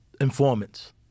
informants